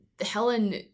Helen